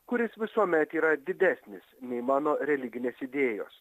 kuris visuomet yra didesnis nei mano religinės idėjos